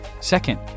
Second